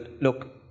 look